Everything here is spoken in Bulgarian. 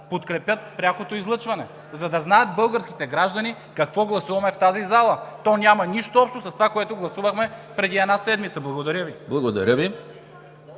подкрепят прякото излъчване, за да знаят българските граждани какво гласуваме в тази зала. То няма нищо общо с това, което гласувахме преди една седмица! Благодаря Ви.